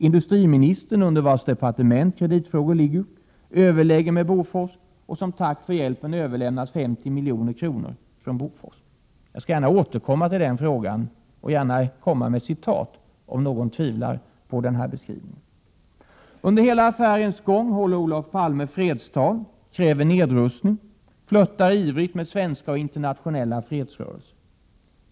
Industriministern, under vars departement kreditfrågor ligger, överlägger med Bofors, och som tack för hjälpen överlämnas 50 milj.kr. från Bofors. Jag återkommer gärna till den frågan och jag presenterar också gärna citat, om någon tvivlar på denna beskrivning. Under hela affärens gång håller Olof Palme fredstal, kräver nedrustning och flörtar ivrigt med svenska och internationella fredsrörelser.